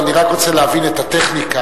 אני רק רוצה להבין את הטכניקה,